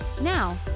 Now